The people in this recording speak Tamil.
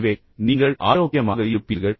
எனவே நீங்கள் ஆரோக்கியமாக இருப்பீர்கள்